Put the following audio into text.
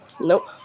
Nope